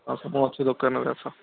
ଆସ ମୁଁ ଅଛି ଦୋକାନରେ ଆସ